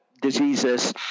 diseases